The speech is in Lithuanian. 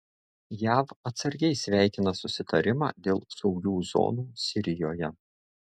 jav atsargiai sveikina susitarimą dėl saugių zonų sirijoje